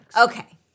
Okay